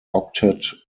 octet